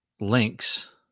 links